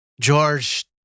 George